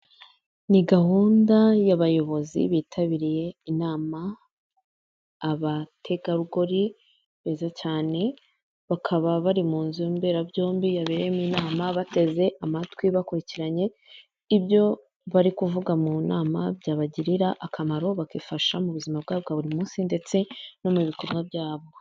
Ni gahunda y'abayobozi bitabiriye inama abategarugori beza cyane, bakaba bari mu nzu mberabyombi yabereyemo inama bateze amatwi bakurikiranye ibyo bari kuvuga mu nama byabagirira akamaro bakifasha mu buzima bwa buri munsi ndetse no mu bikorwa byabo.